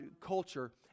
culture